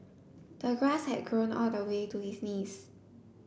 the grass had grown all the way to his knees